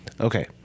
okay